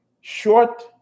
short